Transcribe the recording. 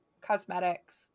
cosmetics